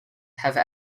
have